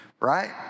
right